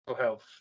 health